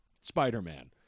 Spider-Man